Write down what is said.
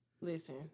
Listen